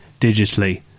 digitally